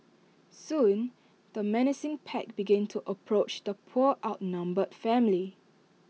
soon the menacing pack began to approach the poor outnumbered family